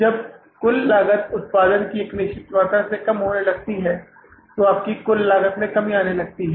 जब कुल लागत उत्पादन की एक निश्चित मात्रा से कम होने लगती है तो आपकी कुल लागत में कमी आने लगती है